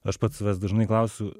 aš pats savęs dažnai klausiu